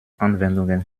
anwendungen